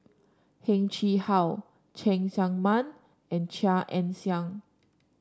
Heng Chee How Cheng Tsang Man and Chia Ann Siang